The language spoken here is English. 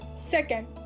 Second